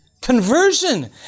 Conversion